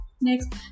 Next